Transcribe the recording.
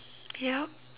yup